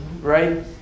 right